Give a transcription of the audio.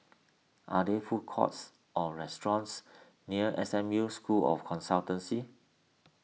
are there food courts or restaurants near S M U School of Consultancy